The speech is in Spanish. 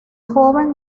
joven